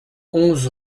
onze